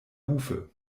hufe